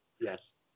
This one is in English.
yes